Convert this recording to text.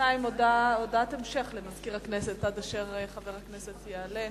בינתיים הודעת המשך לסגן מזכירת הכנסת עד אשר חבר הכנסת יעלה.